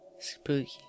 Spooky